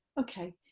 ok,